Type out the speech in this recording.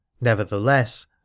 Nevertheless